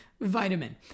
vitamin